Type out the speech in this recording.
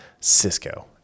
Cisco